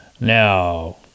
Now